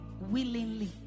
willingly